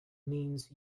means